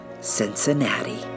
Cincinnati